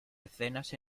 escenas